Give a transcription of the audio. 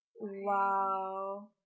Wow